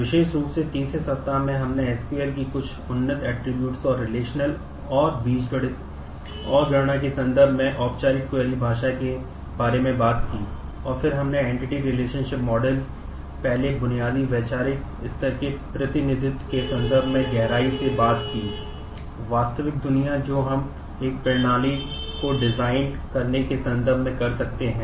विशेष रूप से तीसरे सप्ताह में हमने एसक्यूएल करने के संदर्भ में कर सकते हैं